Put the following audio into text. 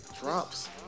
drops